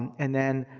and then,